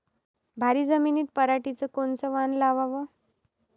भारी जमिनीत पराटीचं कोनचं वान लावाव?